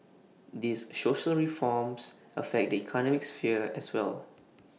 these social reforms affect the economic sphere as well